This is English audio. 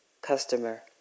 Customer